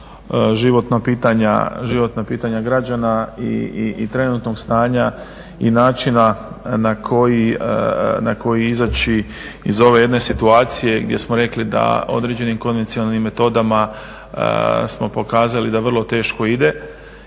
životna pitanja građana i trenutnog stanja i načina na koji izaći iz ove jedne situacije gdje smo rekli da određenim … metodama smo pokazali da vrlo teško ide